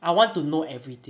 I want to know everything